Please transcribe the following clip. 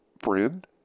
friend